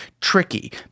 tricky